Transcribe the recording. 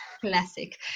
classic